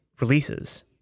releases